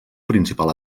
principal